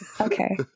Okay